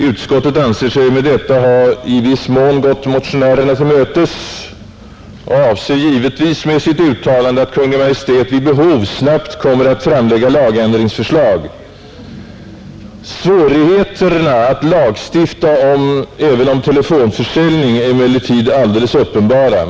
Utskottet anser sig med detta ha i viss mån gått motionärerna till mötes och avser givetvis med sitt uttalande att Kungl. Maj:t vid behov snabbt kommer att framlägga lagändringsförslag, Svårigheterna att lagstifta även om telefonförsäljning är emellertid alldeles uppenbara.